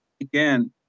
again